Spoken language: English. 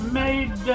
made